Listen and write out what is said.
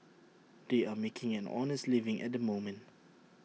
they are making an honest living at the moment